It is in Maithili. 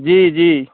जी जी